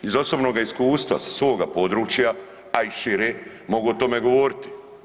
Iz osobnoga iskustva sa svoga područja, a i šire mogu o tome govoriti.